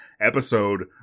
episode